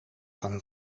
van